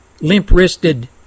limp-wristed